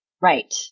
right